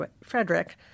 Frederick